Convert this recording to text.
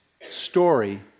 story